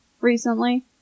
recently